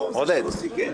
עודד,